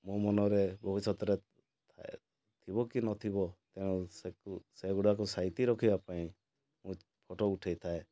ମୋ ମନରେ ଭବିଷ୍ୟତରେ ଥାଏ ଥିବ କି ନଥିବ ତେଣୁ ସେଗୁଡ଼ାକୁ ସାଇତି ରଖିବା ପାଇଁ ମୁଁ ଫଟୋ ଉଠାଇଥାଏ